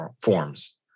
forms